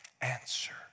answer